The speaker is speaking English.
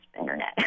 internet